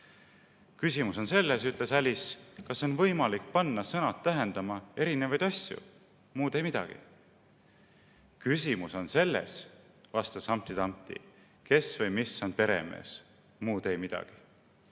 "Küsimus on selles," ütles Alice, "kas on võimalik panna sõnad tähendama erinevaid asju. Muud ei midagi." – "Küsimus on selles," vastas Humpty Dumpty, "kes või mis on peremees. Muud ei midagi.""